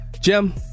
Jim